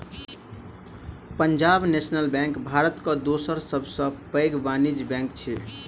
Punjab national bank Bharat के दोसर सब सॅ पैघ वाणिज्य बैंक अछि